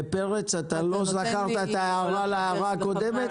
פרץ, אתה לא זכרת את ההערה הקודמת?